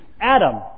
Adam